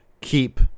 keep